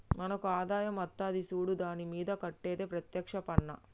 మనకు ఆదాయం అత్తది సూడు దాని మీద కట్టేది ప్రత్యేక్ష పన్నా